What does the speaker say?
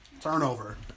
Turnover